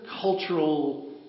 cultural